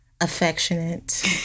affectionate